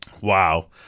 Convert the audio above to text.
Wow